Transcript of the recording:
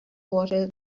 water